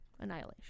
Annihilation